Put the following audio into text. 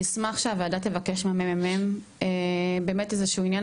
אני אשמח שהוועדה תבקש מה-ממ"מ באמת איזשהו עניין